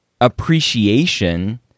appreciation